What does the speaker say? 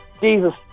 Jesus